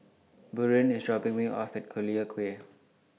Buren IS dropping Me off At Collyer Quay